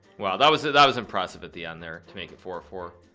wow that was that that was impressive at the end there to make it four or four